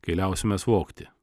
kai liausimės vogti